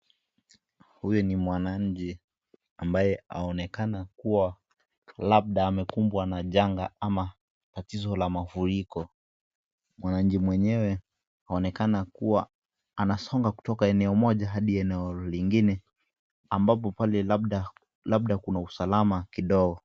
Huyu ni mwananchi ambaye anaonekana kuwa labda amefungwa na changa ama tatizo la mafiriko, mananchi mwenye anaonekana kuwa anasonga kutoka eneo moja hadi eneo lingine ambapo pale labda kuna usalama kidogo.